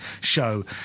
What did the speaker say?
show